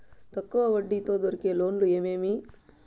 తక్కువ వడ్డీ తో దొరికే లోన్లు ఏమేమీ?